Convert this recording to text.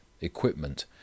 equipment